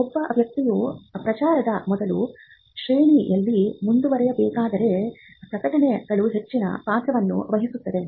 ಒಬ್ಬ ವ್ಯಕ್ತಿಯು ಪ್ರಚಾರದ ಮೂಲಕ ಶ್ರೇಣಿಯಲ್ಲಿ ಮುಂದುವರಿಯಬೇಕಾದರೆ ಪ್ರಕಟಣೆಗಳು ಹೆಚ್ಚಿನ ಪಾತ್ರವನ್ನು ವಹಿಸುತ್ತವೆ